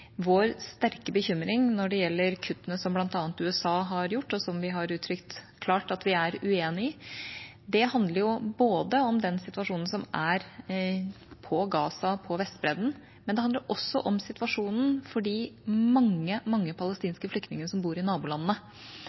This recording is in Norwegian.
Vår sterke bekymring når det gjelder kuttene som bl.a. USA har gjort, og som vi har uttrykt klart at vi er uenig i, handler om den situasjonen som er på Gaza og på Vestbredden, men det handler også om situasjonen for de mange, mange palestinske flyktningene som bor i